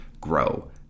grow